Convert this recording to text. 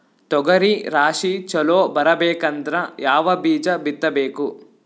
ತೊಗರಿ ರಾಶಿ ಚಲೋ ಬರಬೇಕಂದ್ರ ಯಾವ ಬೀಜ ಬಿತ್ತಬೇಕು?